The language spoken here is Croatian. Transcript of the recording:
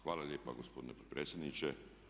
Hvala lijepa gospodine potpredsjedniče.